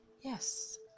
Yes